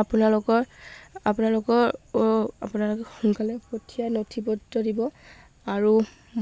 আপোনালোকৰ আপোনালোকৰ আপোনালোকৰ সোনকালে পঠিয়াই নথি পত্ৰ দিব আৰু